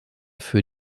für